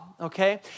okay